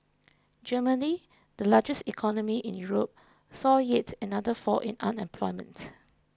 Germany the largest economy in Europe saw yet another fall in unemployment